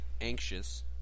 Anxious